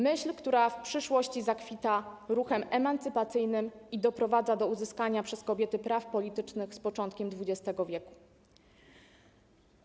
Myśl, która w przyszłości zakwita ruchem emancypacyjnym i doprowadza do uzyskania przez kobiety praw politycznych z początkiem XX w.